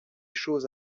choses